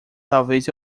talvez